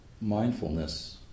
mindfulness